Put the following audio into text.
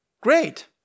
Great